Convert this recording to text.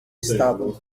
estábulo